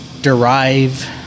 derive